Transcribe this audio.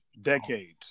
decades